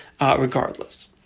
regardless